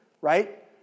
right